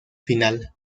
final